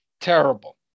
Terrible